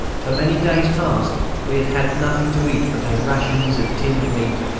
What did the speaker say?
for many days past we had had nothing to eat but our rations of tinned meat,